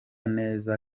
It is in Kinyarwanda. neza